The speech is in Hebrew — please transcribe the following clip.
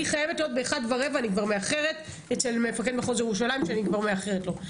אני חייבת להיות ב-13:15 אצל מפקד מחוז ירושלים ואני כבר מאחרת לו.